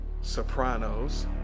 sopranos